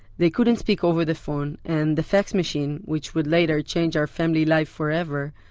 they couldn't speak over the phone, and the fax machine, which would later change our family life forever,